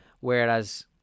Whereas